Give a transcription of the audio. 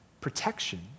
protection